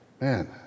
man